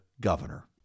governor